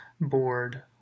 bored